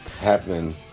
Happening